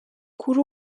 kuri